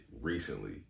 recently